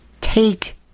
take